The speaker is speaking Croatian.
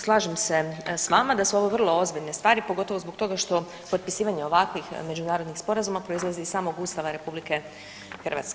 Slažem se s vama da su ovo vrlo ozbiljne stvari pogotovo zbog toga što potpisivanje ovakvih međunarodnih sporazuma proizlazi iz samog Ustava RH.